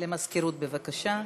למזכירות, בבקשה.